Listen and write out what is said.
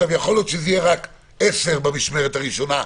יכול להיות שזה יהיה רק עשרה במשמרת הראשונה,